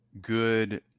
good